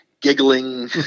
giggling